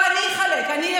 אמר: אני אחלק,